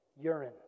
urine